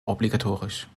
obligatorisch